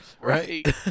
right